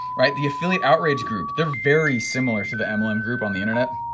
right? the affiliate outrage group. they're very similar to the mlm group on the internet.